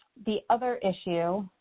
the other issue,